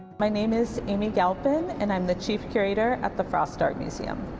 my name is amy galpin, and i'm the chief curator at the frost art museum.